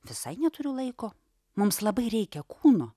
visai neturiu laiko mums labai reikia kūno